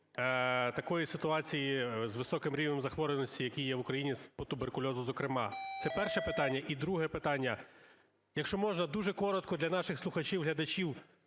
такої ситуації з високим рівнем захворюваності, який в Україні по туберкульозу зокрема? Це перше питання. І друге питання. Якщо можна, дуже коротко для наших слухачів, глядачів,